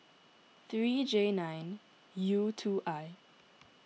three J nine U two I